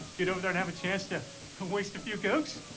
get over there and have a chance to waste a few gooks.